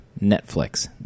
Netflix